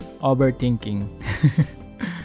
overthinking